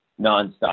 nonstop